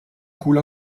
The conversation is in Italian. culo